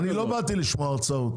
תקשיב, אני לא באתי לשמוע הרצאות.